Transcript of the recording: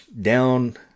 down